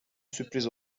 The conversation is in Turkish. sürpriz